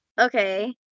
Okay